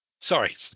Sorry